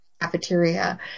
cafeteria